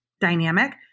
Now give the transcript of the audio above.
dynamic